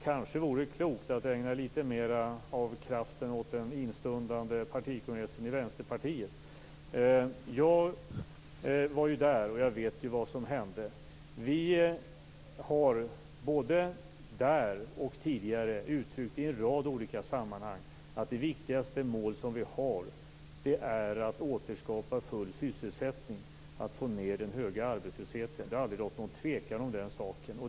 Kanske vore det klokt att ägna litet mera av kraften åt den instundande partikongressen i Vänsterpartiet. Jag var där och vet vad som hände. Vi har både där och tidigare uttryckt att det viktigaste målet är att återskapa full sysselsättning, dvs. få ned den höga arbetslösheten. Det har aldrig rått något tvivel om den saken.